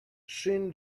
seen